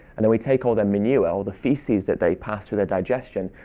and then we take all their manure, all the feces that they pass for their digestion,